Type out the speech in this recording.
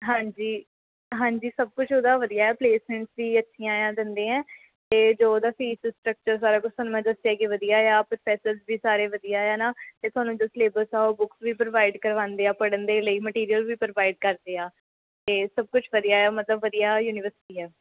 ਹਾਂਜੀ ਹਾਂਜੀ ਸਭ ਕੁਛ ਉਹਦਾ ਵਧੀਆ ਪਲੇਸੈਂਸੀ ਵੀ ਅੱਛੀਆਂ ਆ ਦਿੰਦੇ ਹੈ ਅਤੇ ਜੋ ਉਹਦਾ ਫੀਸ ਸਟੱਕਚਰ ਸਾਰਾ ਕੁਛ ਤੁਹਾਨੂੰ ਮੈਂ ਦੱਸਿਆ ਕਿ ਵਧੀਆ ਆ ਪ੍ਰੋਫੈਸਰਸ ਵੀ ਸਾਰੇ ਵਧੀਆ ਹੈ ਨਾ ਅਤੇ ਤੁਹਾਨੂੰ ਜੋ ਸਿਲੇਬਸ ਆ ਉਹ ਬੁੱਕਸ ਵੀ ਪ੍ਰੋਵਾਈਡ ਕਰਵਾਉਂਦੇ ਆ ਪੜ੍ਹਨ ਦੇ ਲਈ ਮਟੀਰੀਅਲ ਵੀ ਪ੍ਰੋਵਾਈਡ ਕਰਦੇ ਆ ਅਤੇ ਸਭ ਕੁਛ ਵਧੀਆ ਹੈ ਮਤਲਬ ਵਧੀਆ ਯੂਨੀਵਰਸਿਟੀ ਹੈ